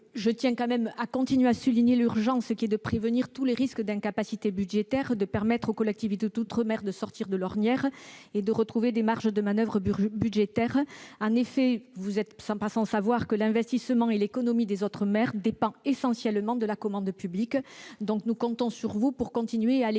Je tiens tout de même à souligner que l'urgence est de prévenir tous les risques d'incapacité budgétaire, en permettant aux collectivités d'outre-mer de sortir de l'ornière et de retrouver des marges de manoeuvre. En effet, vous n'êtes pas sans savoir que l'investissement et l'économie des outre-mer dépendent essentiellement de la commande publique. Nous comptons sur vous pour aller